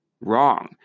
Wrong